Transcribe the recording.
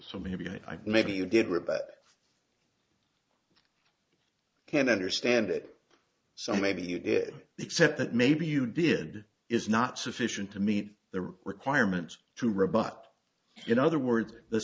so maybe i maybe you did read but can't understand it so maybe it is except that maybe you did is not sufficient to meet the requirement to rebut in other words the